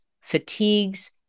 fatigues